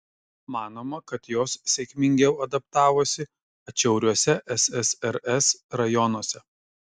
manoma kad jos sėkmingiau adaptavosi atšiauriuose ssrs rajonuose